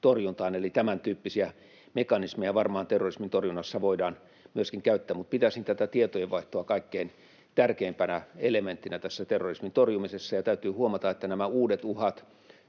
Eli tämäntyyppisiä mekanismeja varmaan terrorismin torjunnassa voidaan myöskin käyttää. Mutta pitäisin tätä tietojenvaihtoa kaikkein tärkeimpänä elementtinä tässä terrorismin torjumisessa. Ja täytyy huomata, että nämä uudet uhat